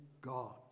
God